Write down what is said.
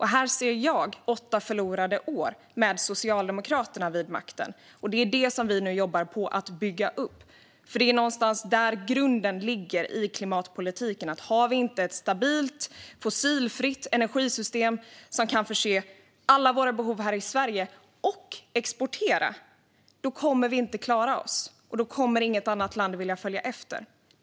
Här ser jag åtta förlorade år med Socialdemokraterna vid makten. Vi jobbar nu på att bygga upp klimatpolitiken, för grunden i klimatpolitiken ligger i att om vi inte har ett stabilt fossilfritt energisystem som kan täcka alla våra behov här i Sverige och vi inte kan exportera kommer vi inte att klara oss. Då kommer inget annat land att vilja följa efter.